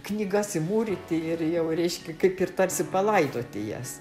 knygas įmūryti ir jau reiškia kaip ir tarsi palaidoti jas